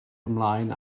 ymlaen